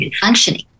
functioning